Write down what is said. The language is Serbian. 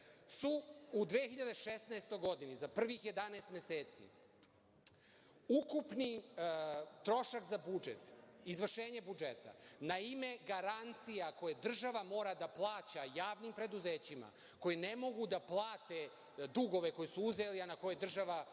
U 2016. godini za prvih 11 meseci ukupan trošak za budžet, izvršenja budžeta, na ime garancija koje država mora da plaća javnim preduzećima koji ne mogu da plate dugove koji su uzeli, a na koje je država